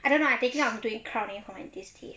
I don't know I am thinking of doing cutting for my this teeth